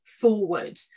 forward